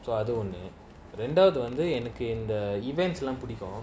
so அதுஒன்னுரெண்டாவதுவந்துஎனக்குஇந்த:adhu onnu rendavathu vandhu enaku indha the event's lah பிடிக்கும்:pidikum